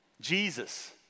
Jesus